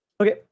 Okay